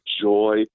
joy